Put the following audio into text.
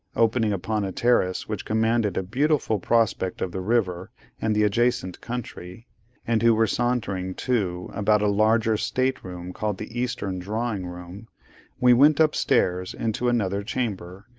opening upon a terrace which commanded a beautiful prospect of the river and the adjacent country and who were sauntering, too, about a larger state-room called the eastern drawing-room we went up-stairs into another chamber,